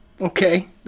Okay